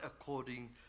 according